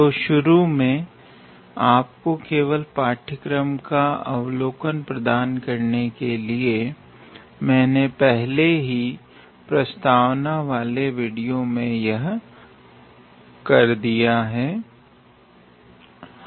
तो शुरुआत मे आपको केवल पाठ्यक्रम का अवलोकन प्रदान करने के लिए मैंने पहले ही प्रस्तावना वाले वीडियो में यह कर दिया हैं